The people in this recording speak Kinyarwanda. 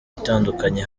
itandukanye